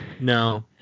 No